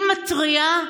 היא מתריעה?